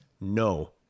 no